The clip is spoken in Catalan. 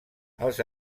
els